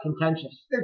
Contentious